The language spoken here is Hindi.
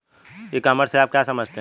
ई कॉमर्स से आप क्या समझते हैं?